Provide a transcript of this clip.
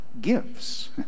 gives